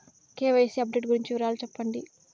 KYC update గురించి వివరాలు సెప్పండి?